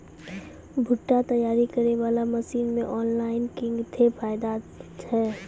भुट्टा तैयारी करें बाला मसीन मे ऑनलाइन किंग थे फायदा हे?